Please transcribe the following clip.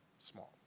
Small